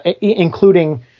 including